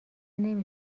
نمی